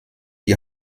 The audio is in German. die